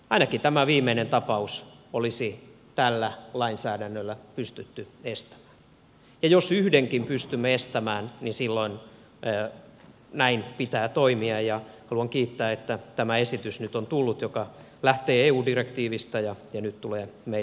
ainakin tämä viimeinen tapaus olisi tällä lainsäädännöllä pystytty estämään ja jos yhdenkin pystymme estämään silloin näin pitää toimia ja haluan kiittää että tämä esitys nyt on tullut joka lähtee eu direktiivistä ja nyt tulee meille tänne käsittelyyn